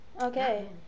Okay